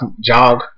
jog